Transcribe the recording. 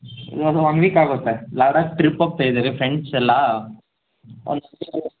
ಇವಾಗ ಒನ್ ವೀಕಾಗುತ್ತೆ ಲಡಾಖ್ ಟ್ರಿಪ್ ಹೋಗ್ತಾಯಿದಿವಿ ಫ್ರೆಂಡ್ಸೆಲ್ಲ